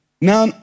Now